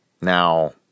Now